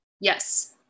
yes